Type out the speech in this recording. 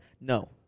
No